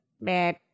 bad